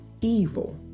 evil